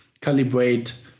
calibrate